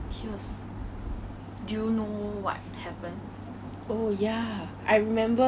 他们很多声音尤其是 hor 我知道你有一个 best friend lah